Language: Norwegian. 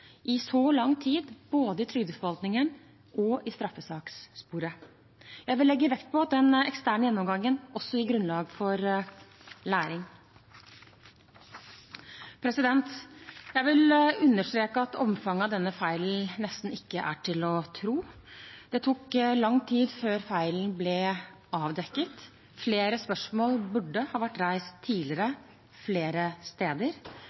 i så lang tid både i trygdeforvaltningen og i straffesakssporet. Jeg vil legge vekt på at den eksterne gjennomgangen også skal gi grunnlag for læring. Jeg vil understreke at omfanget av denne feilen nesten ikke er til å tro. Det tok lang tid før feilen ble avdekket. Flere spørsmål burde ha vært reist tidligere flere steder.